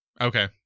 Okay